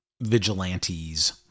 vigilantes